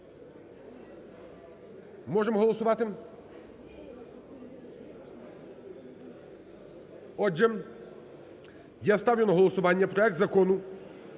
Можемо голосувати? Отже я ставлю на голосування проект Закону